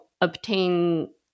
obtain